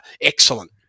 Excellent